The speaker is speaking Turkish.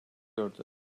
gördü